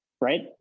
Right